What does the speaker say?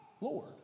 Lord